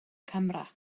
camera